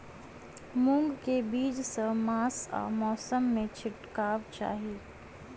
मूंग केँ बीज केँ मास आ मौसम मे छिटबाक चाहि?